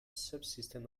subsystem